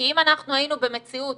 כי אם אנחנו היינו במציאות